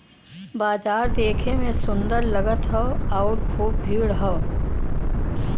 बाजार देखे में सुंदर लगत हौ आउर खूब भीड़ हौ